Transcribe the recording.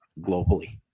globally